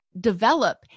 develop